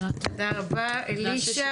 תודה רבה, אלישע